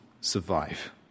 survive